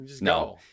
No